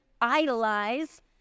idolize